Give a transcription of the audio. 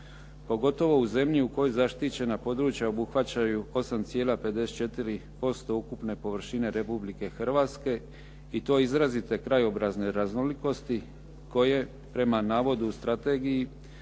pogotovo u zemlji u kojoj zaštićena područja obuhvaćaju 8,54% ukupne površine Republike Hrvatske i to izrazite krajobrazne raznolikosti koje prema navodu u strategiji